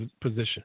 position